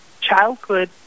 childhood